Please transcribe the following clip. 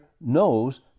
knows